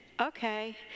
okay